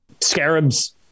Scarab's